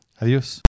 Adios